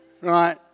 Right